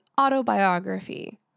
autobiography